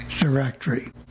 Directory